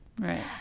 Right